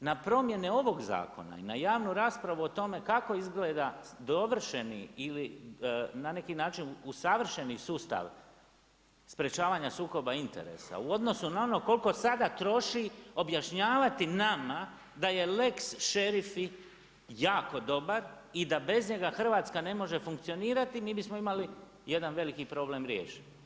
na promjene ovoga zakona i na javnu raspravu o tome kako izgleda dovršeni ili na neki način usavršeni sustav sprječavanja sukoba interesa u odnosu na ono koliko sada troši objašnjavati nama da je lex šerifi jako dobar i da bez njega Hrvatska ne može funkcionirati mi bismo imali jedan veliki problem riješen.